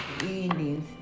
endings